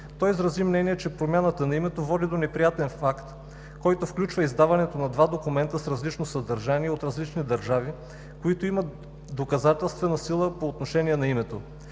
Той изрази мнение, че промяната на името води до неприятен факт, който включва издаването на два документа с различно съдържание от различни държави, които имат доказателствена сила по отношение на името.